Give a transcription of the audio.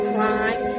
Crime